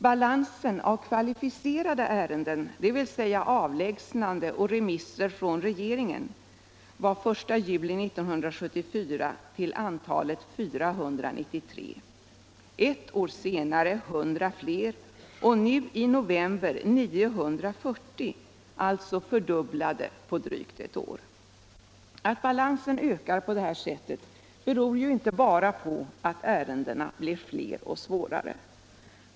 Balansen av kvalificerade ärenden, dvs. sådana ärenden som gäller avlägsnande samt remisser från regeringen, var den 1 juli 1974 till antalet 493, ett år senare 100 fler och i november i år 940, alltså en fördubbling på drygt ett år. Att balansen ökar på det här sättet beror ju inte bara på att ärendena blir fler och svårare.